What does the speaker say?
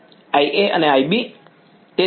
IA અને IB